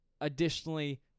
Additionally